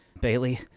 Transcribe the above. Bailey